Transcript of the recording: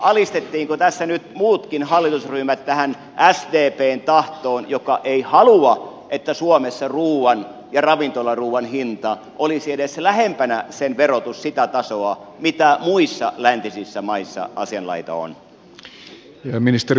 alistettiinko tässä nyt muutkin hallitusryhmät tähän sdpn tahtoon joka ei halua että suomessa ruuan ja ravintolaruuan verotus olisi edes lähempänä sitä tasoa mikä muissa läntisissä maissa on